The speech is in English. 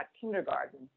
kindergarten